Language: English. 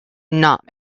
not